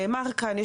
נאמר כאן,